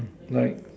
right